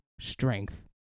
strength